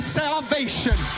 salvation